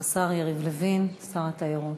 השר יריב לוין, שר התיירות,